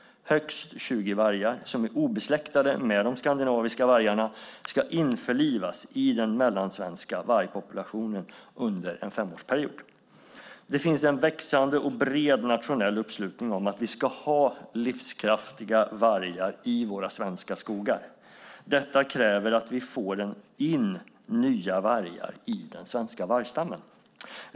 Högst 20 vargar som är obesläktade med de skandinaviska vargarna ska införlivas i den mellansvenska vargpopulationen under en femårsperiod. Det finns en växande och bred nationell uppslutning om att vi ska ha livskraftiga vargar i våra svenska skogar. Detta kräver att vi får in nya vargar i den svenska vargstammen.